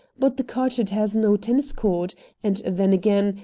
but the carteret has no tennis court and then again,